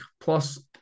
Plus